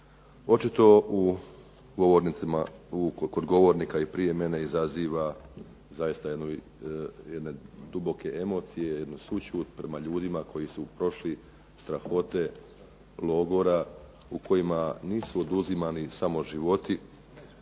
rata očito kod govornika i prije mene izaziva zaista jedne duboke emocije, jednu sućut prema ljudima koji su prošli strahote logora u kojima nisu oduzimani samo životi.